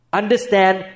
understand